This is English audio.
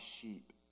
sheep